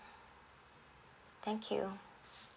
thank you